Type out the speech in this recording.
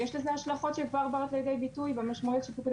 ויש לזה השלכות שכבר באות לידי ביטוי במשמעות שפיקוד